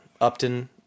Upton